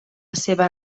seva